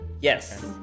Yes